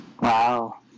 Wow